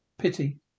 pity